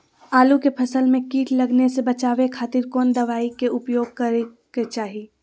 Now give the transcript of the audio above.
आलू के फसल में कीट लगने से बचावे खातिर कौन दवाई के उपयोग करे के चाही?